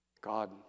God